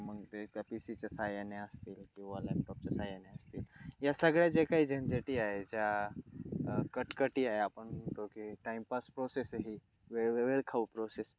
मग ते त्या पी सीच्या सहाय्याने असतील किंवा लॅपटॉपच्या सहाय्याने असतील या सगळ्या जे काही झंझटी आहे ज्या कटकटी आहे आपण म्हणतो की टाइमपास प्रोसेस आहे ही वेळ वेळ खाऊ प्रोसेस